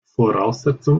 voraussetzung